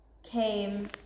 came